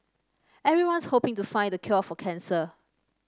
everyone's hoping to find the cure for cancer